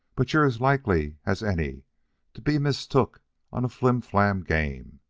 but you're as likely as any to be mistook on a flimflam game,